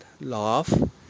love